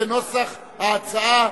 כנוסח ההצעה,